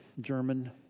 German